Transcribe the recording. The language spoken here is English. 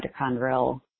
mitochondrial